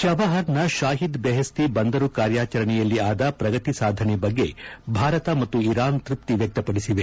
ಚಬಹಾರ್ನ Shahid Beheshti ಬಂದರು ಕಾರ್ಯಾಚರಣೆಯಲ್ಲಿ ಆದ ಪ್ರಗತಿ ಸಾಧನೆ ಬಗ್ಗೆ ಭಾರತ ಮತ್ತು ಇರಾನ್ ತೃಪ್ತಿ ವ್ಯಕ್ತಪದಿಸಿದೆ